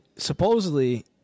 supposedly